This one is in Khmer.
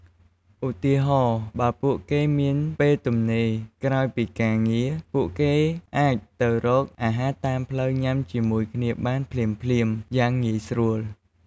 ឧទាហរណ៍៖ បើពួកគេមានពេលទំនេរក្រោយពីការងារ ពួកគេអាចទៅរកអាហារតាមផ្លូវញ៉ាំជាមួយគ្នាបានភ្លាមៗ យ៉ាងងាយស្រួល។